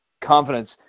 confidence